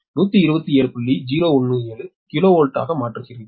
017 kilovolt ஆக மாற்றுகிறீர்கள்